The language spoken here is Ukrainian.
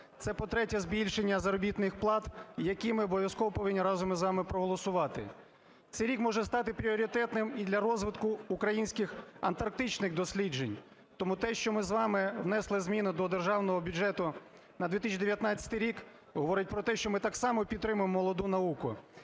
Це, по-третє, збільшення заробітних плат, які ми обов'язково повинні разом з вами проголосувати. Цей рік може стати пріоритетним і для розвитку українських антарктичних досліджень. Тому те, що ми з вами внесли зміни до Державного бюджету на 2019 рік, говорить про те, що ми так само підтримуємо молоду науку.